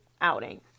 outing